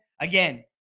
Again